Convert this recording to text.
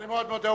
אני מאוד מודה.